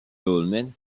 dolmens